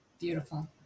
beautiful